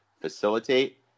facilitate